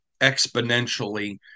exponentially